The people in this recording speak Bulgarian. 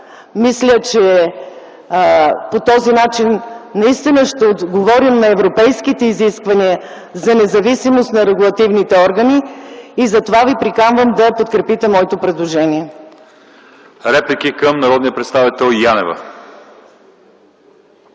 Мисля, че по този начин наистина ще отговорим на европейските изисквания за независимост на регулативните органи и затова ви приканвам да подкрепите моето предложение. ПРЕДСЕДАТЕЛ ЛЪЧЕЗАР ИВАНОВ: Има